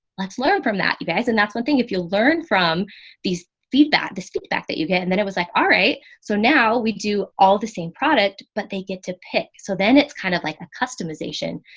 let's learn from that. you guys. and that's one thing if you learn from these feedback, this feedback that you get, and then it was like, all right, so now we do all the same product, but they get to pick. so then kind of like a customization.